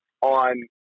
on